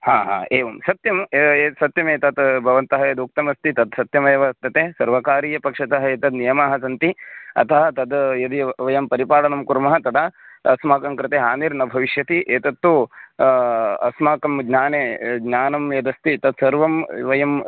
हा हा एवं सत्यं सत्यमेतत् भवन्तः यदुक्तमस्ति तत्सत्यमेव वर्तते सर्वकारीयपक्षतः एतद् नियमाः सन्ति अतः तद् यदि वयं परिपालनं कुर्मः तदा अस्माकं कृते हानिर्न भविष्यति एतत्तु अस्माकं ज्ञाने ज्ञानं यदस्ति तत्सर्वं वयं